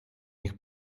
ich